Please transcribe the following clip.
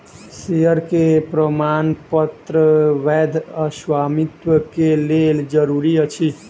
share के प्रमाणपत्र वैध स्वामित्व के लेल जरूरी अछि